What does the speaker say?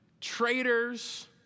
Traitors